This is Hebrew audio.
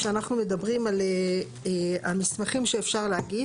כשאנחנו מדברים על המסמכים שאפשר להגיש,